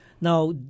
Now